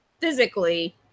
physically